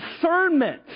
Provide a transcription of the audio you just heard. discernment